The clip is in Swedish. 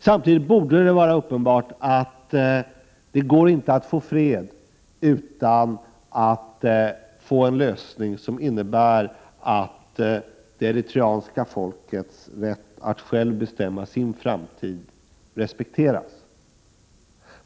Samtidigt borde det vara uppenbart att det inte går att få fred utan att man får en lösning som innebär att det eritreanska folkets rätt att självt bestämma Prot. 1988/89:30 sin framtid respekteras.